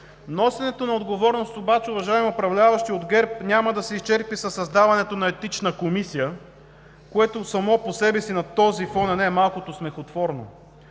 Носенето на отговорност, уважаеми управляващи от ГЕРБ, няма да се изчерпи със създаването на етична комисия, което само по себе си на този фон е най-малкото смехотворно.